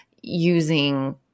using